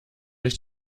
ich